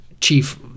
chief